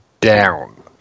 down